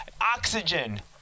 oxygen